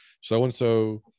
so-and-so